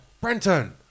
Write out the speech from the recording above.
Brenton